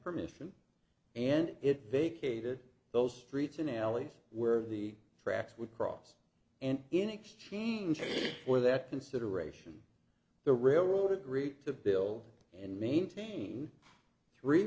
permission and it vacated those streets and alleys where the tracks would cross and in exchange for that consideration the railroad agreed to build and maintain three